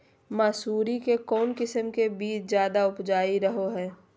मसूरी के कौन किस्म के बीच ज्यादा उपजाऊ रहो हय?